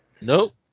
nope